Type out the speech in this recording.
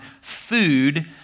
food